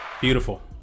Beautiful